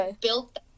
built